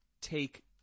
take